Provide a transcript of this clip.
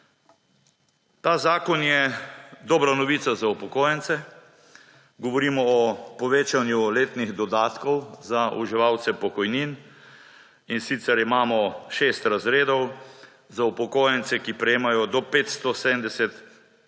Ta zakon je dobra novica za upokojence. Govorimo o povečanju letnih dodatkov za uživalce pokojnin, in sicer imamo šest razredov. Za upokojence, ki prejemajo do 570 evrov